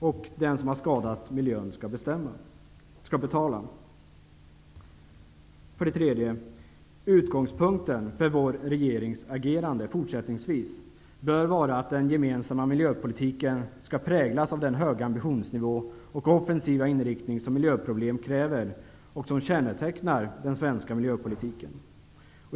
Och den tredje är att den som har skadat miljön skall betala. För det tredje: Utgångspunkten för vår regerings agerande fortsättningsvis bör vara att den gemensamma miljöpolitiken skall präglas av den höga ambitionsnivå och offensiva inriktning som miljöproblemen kräver och som kännetecknar den svenska miljöpolitiken.